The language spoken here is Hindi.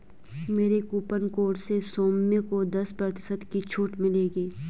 मेरे कूपन कोड से सौम्य को दस प्रतिशत की छूट मिलेगी